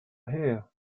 here